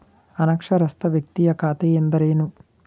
ಅನಕ್ಷರಸ್ಥ ವ್ಯಕ್ತಿಯ ಖಾತೆ ಎಂದರೇನು?